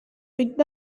picked